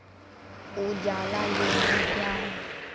उजाला योजना क्या हैं?